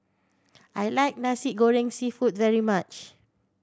I like Nasi Goreng Seafood very much